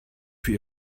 für